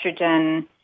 estrogen